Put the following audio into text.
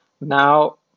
Now